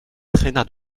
traîna